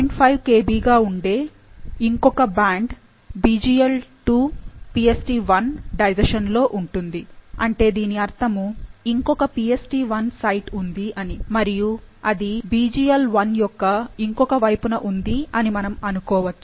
5 Kb గా ఉండే ఇంకొక బ్యాండ్ BglII PstI డైజెషన్ లో ఉంటుంది అంటే దీని అర్థము ఇంకొక PstI సైట్ ఉంది అని మరియు అది BglI యొక్క ఇంకొక వైపున ఉంది అని మనము అనుకోవచ్చు